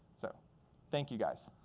so thank you guys.